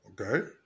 Okay